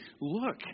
look